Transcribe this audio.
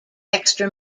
extra